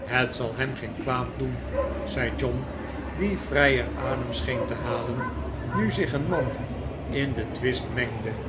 het zal hem geen kwaad doen zei john die vrijer adem scheen te halen nu zich een man in den twist mengde